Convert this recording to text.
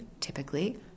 typically